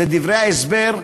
אלו דברי ההסבר,